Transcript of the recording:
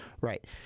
Right